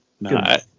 No